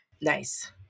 Nice